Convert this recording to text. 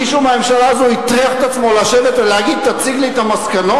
מישהו מהממשלה הזאת הטריח את עצמו להגיד לי: תציג לי את המסקנות?